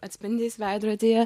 atspindys veidrodyje